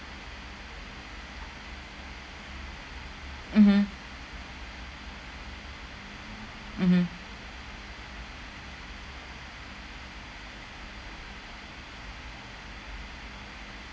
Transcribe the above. mmhmm mmhmm